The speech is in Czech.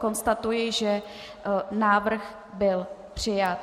Konstatuji, že návrh byl přijat.